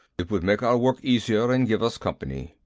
it would make our work easier and give us company.